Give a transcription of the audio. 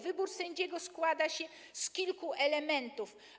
Wybór sędziego składa się z kilku elementów.